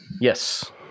Yes